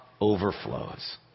overflows